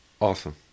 Awesome